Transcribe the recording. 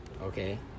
Okay